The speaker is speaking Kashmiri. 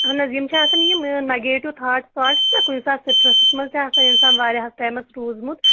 اہن حظ یِم چھِ آسان یِم نَگیٹِو تھاٹٕس واٹٕس نہ کُنہِ ساتہٕ سٕٹرٛسَس منٛز تہِ آسان اِنسان وایاہَس ٹایمَس روٗزمُت